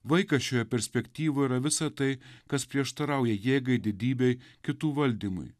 vaikas šioje perspektyvoj yra visa tai kas prieštarauja jėgai didybei kitų valdymui